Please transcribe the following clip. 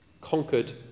conquered